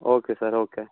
okay sir okay